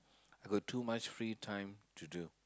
I got too much free time to do